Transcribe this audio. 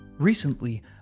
Recently